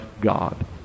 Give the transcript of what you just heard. God